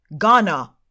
ghana